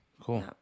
cool